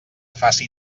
faci